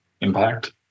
impact